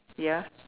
ya